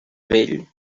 vell